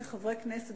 חברי כנסת,